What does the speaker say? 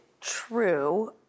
true